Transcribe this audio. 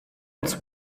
its